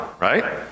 right